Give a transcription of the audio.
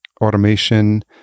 automation-